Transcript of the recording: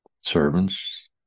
servants